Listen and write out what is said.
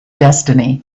destiny